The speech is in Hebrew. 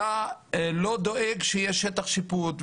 אתה לא דואג שיהיה שטח שיפוט,